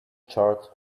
chart